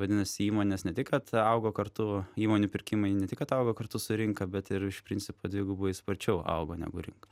vadinasi įmonės ne tik kad augo kartu įmonių pirkimai ne tik kad augo kartu su rinka bet ir iš principo dvigubai sparčiau augo negu rinka